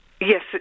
Yes